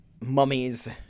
mummies